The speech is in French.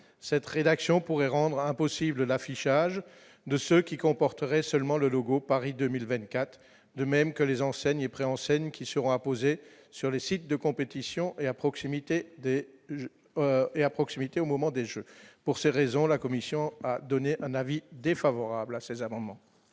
cette rédaction pourrait rendre impossible l'affichage de ce qui comporterait seulement le logo Paris 2024, de même que les enseignes pré-enseignes qui sera apposé sur les sites de compétition et à proximité et à proximité au moment des Jeux pour ces raisons, la Commission a donné un avis défavorable à ces amendements.